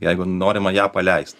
jeigu norima ją paleist